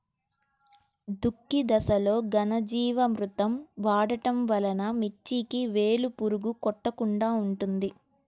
దుక్కి దశలో ఘనజీవామృతం వాడటం వలన మిర్చికి వేలు పురుగు కొట్టకుండా ఉంటుంది?